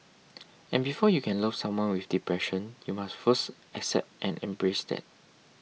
and before you can love someone with depression you must first accept and embrace that